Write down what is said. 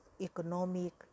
economic